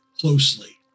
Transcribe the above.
closely